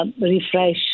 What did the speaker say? Refresh